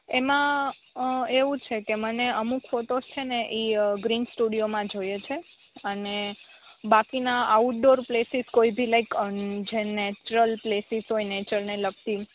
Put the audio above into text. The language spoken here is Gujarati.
એમાં એવું છે કે મને અમુક ફોટોસ છેને ઇ ગ્રીન સ્ટુડિયો માં જોઈએ છે અને બાકીના આઉટડોર પ્લેસીસ કોઈભી લાઇક જયાં નેચરલ પ્લેસીસ હોય નેચર ને લગતી